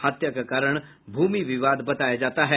हत्या का कारण भूमि विवाद बताया जाता है